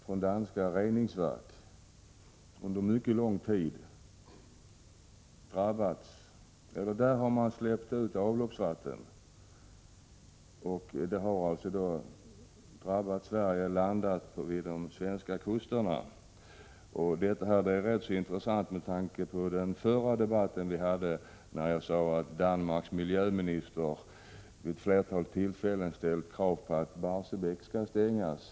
Danska reningsverk har under mycket lång tid släppt ut avloppsvatten i sådant skick att svenska kuster har drabbats av föroreningar. Detta är rätt intressant med tanke på den förra debatten vi hade, när jag sade att Danmarks miljöminister vid ett flertal tillfällen ställt krav på att Barsebäck skall stängas.